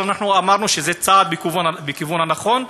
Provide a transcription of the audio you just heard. אבל אנחנו אמרנו שזה צעד בכיוון הנכון,